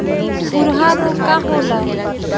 खुरहा रोग का होला?